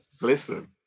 listen